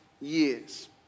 years